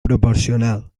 proporcional